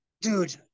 Dude